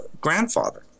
grandfather